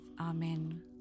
Amen